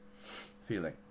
feeling